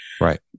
Right